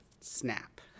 snap